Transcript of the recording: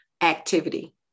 activity